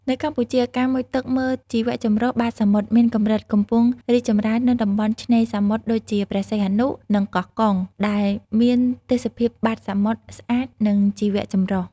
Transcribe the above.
នៅកម្ពុជា ការមុជទឹកមើលជីវៈចម្រុះបាតសមុទ្រមានកម្រិតកំពុងរីកចម្រើននៅតំបន់ឆ្នេរសមុទ្រដូចជា ព្រះសីហនុ និងកោះកុង ដែលមានទេសភាពបាតសមុទ្រ ស្អាត និងជីវៈចម្រុះ។